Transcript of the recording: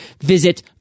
Visit